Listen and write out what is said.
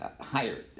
higher